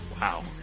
Wow